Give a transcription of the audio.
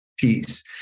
peace